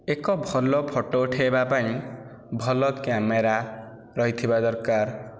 ଏକ ଭଲ ଫଟୋ ଉଠେଇବା ପାଇଁ ଭଲ କ୍ୟାମେରା ରହିଥିବା ଦରକାର